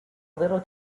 little